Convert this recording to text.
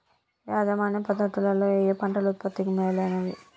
యాజమాన్య పద్ధతు లలో ఏయే పంటలు ఉత్పత్తికి మేలైనవి?